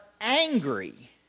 angry